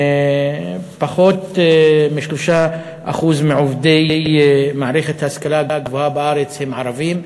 פחות מ-3% מעובדי מערכת ההשכלה הגבוהה בארץ הם ערבים.